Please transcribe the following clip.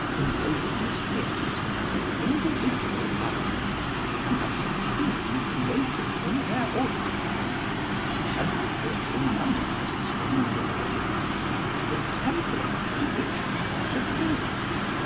in both of these theatres there have been individual artists, who have succeeded in creating in their audiences and every theatre in london has its own audience the temperament to which art appeals.